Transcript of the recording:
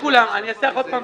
אעשה לכם סדר.